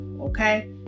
okay